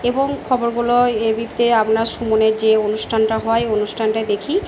এবং খবরগুলোয় এবিপিতে আপনার সুমনের যে অনুষ্ঠানটা হয় অনুষ্ঠানটা দেখি